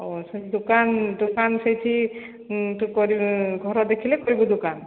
ଓ ସେଇ ଦୋକାନ ଦୋକାନ ସେଇଠି ଘର ଦେଖିଲେ କରିବୁ ଦୋକାନ